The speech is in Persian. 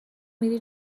میری